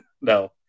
No